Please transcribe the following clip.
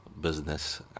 business